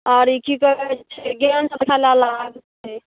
आओर ई की कहैत छै गेंद खेलऽ लागतै